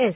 S